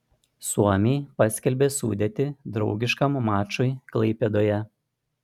suomiai paskelbė sudėtį draugiškam mačui klaipėdoje